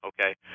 Okay